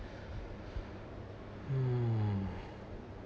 hmm